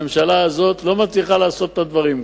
הממשלה הזאת לא מצליחה לעשות את הדברים,